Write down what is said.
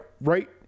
right